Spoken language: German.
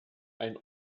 ein